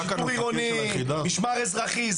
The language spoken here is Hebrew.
שיטור עירוני, משמר אזרחי.